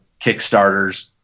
Kickstarters